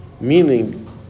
Meaning